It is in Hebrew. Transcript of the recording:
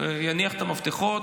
יניח את המפתחות,